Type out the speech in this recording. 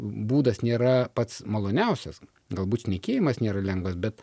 būdas nėra pats maloniausias galbūt šnekėjimas nėra lengvas bet